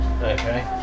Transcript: okay